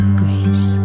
grace